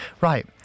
Right